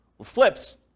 Flips